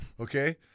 okay